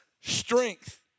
strength